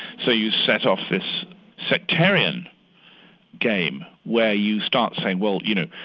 so you set off this sectarian game where you start saying well, you know,